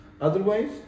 Otherwise